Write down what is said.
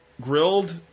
grilled